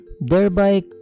thereby